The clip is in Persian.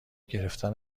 گرفتن